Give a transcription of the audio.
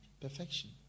Perfection